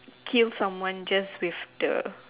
kill someone just with the